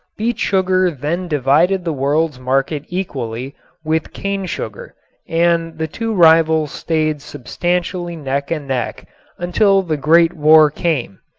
beet sugar then divided the world's market equally with cane sugar and the two rivals stayed substantially neck and neck until the great war came.